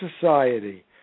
society